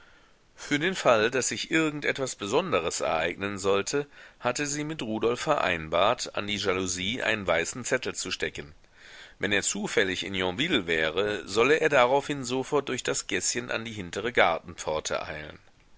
für den fall daß sich irgend etwas besonderes ereignen sollte hatte sie mit rudolf vereinbart an die jalousie einen weißen zettel zu stecken wenn er zufällig in yonville wäre solle er daraufhin sofort durch das gäßchen an die hintere gartenpforte eilen